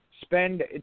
Spend